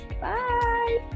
bye